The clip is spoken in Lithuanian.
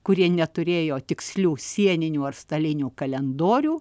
kurie neturėjo tikslių sieninių ar stalinių kalendorių